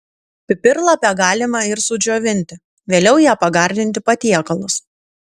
pipirlapę galima ir sudžiovinti vėliau ja pagardinti patiekalus